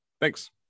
Thanks